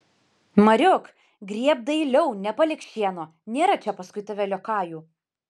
mariuk grėbk dailiau nepalik šieno nėra čia paskui tave liokajų